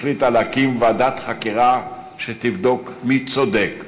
החליטה להקים ועדת חקירה שתבדוק מי צודק,